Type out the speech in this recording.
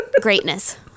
greatness